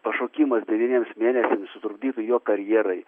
pašaukimas devyniems mėnesiams sutrukdytų jo karjerai